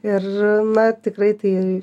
ir na tikrai tai